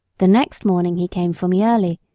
the next morning he came for me early,